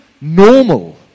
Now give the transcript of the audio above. normal